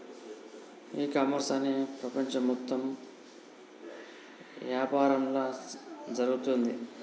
e commerce అనేది ప్రపంచం మొత్తం యాపారంలా జరుగుతోంది